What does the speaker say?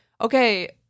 okay